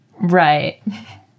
Right